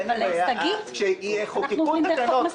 לאחר שיחוקקו תקנות,